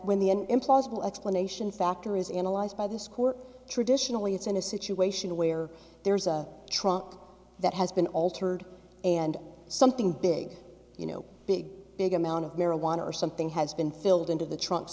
when the implausible explanation factor is in the lies by this court traditionally it's in a situation where there's a truck that has been altered and something big you know big big amount of marijuana or something has been filled into the trunk